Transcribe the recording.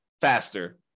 faster